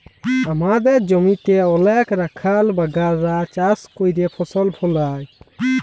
আমাদের জমিতে অলেক রাখাল বাগালরা চাষ ক্যইরে ফসল ফলায়